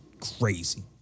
crazy